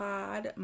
Pod